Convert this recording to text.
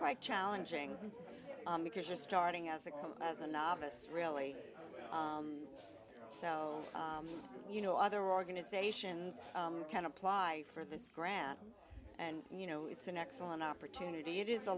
quite challenging because you're starting out as a novice really so you know other organizations can apply for this grant and you know it's an excellent opportunity it is a